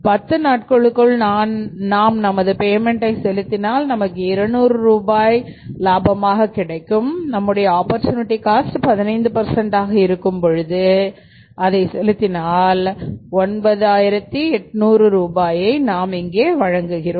10 நாட்களுக்குள் நாம் நமது பேமென்ட்டை செலுத்தினால் நமக்கு 200 ரூபாய் லாபமாக கிடைக்கும் நம்முடைய ஆப்பர்சூனிட்டி காஸ்ட 15 ஆக இருக்கும் பொழுது என்றால் 19800 ரூபாயை நாம் இங்கே வழங்குகிறோம்